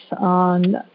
on